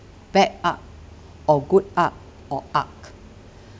bad art or good art or art